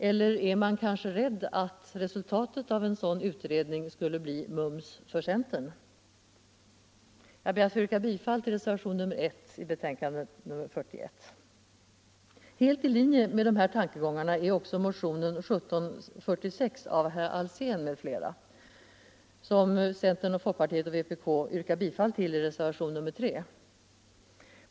Eller man kanske är rädd för att det resultat som en sådan utredning skulle komma fram till kunde bli ”mums för centern”? Herr talman! Jag ber att få yrka bifall till reservationen 1 vid näringsutskottets betänkande nr 41. Helt i linje med dessa tankegångar är också motionen 1746 av herr Alsén m.fl., vilken centerpartiet, folkpartiet och vpk yrkar bifall till i reservationen 3.